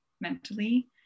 mentally